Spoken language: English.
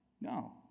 No